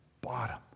bottom